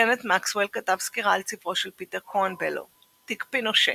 קנת מקסוול כתב סקירה על ספרו של פיטר קורנבלו "תיק פינושה